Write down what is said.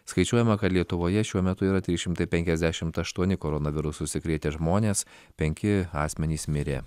skaičiuojama kad lietuvoje šiuo metu yra trys šimtai penkiasdešimt aštuoni koronavirusu užsikrėtę žmonės penki asmenys mirė